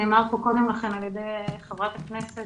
נאמר כאן קודם לכן על ידי חברת הכנסת